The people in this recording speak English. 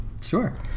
Sure